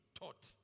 taught